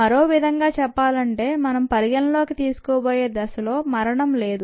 మరో విధంగా చెప్పాలంటే మనం పరిగణనలోకి తీసుకోబోయే దశలో మరణం లేదు